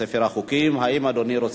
חוק התכנון והבנייה (תיקון מס'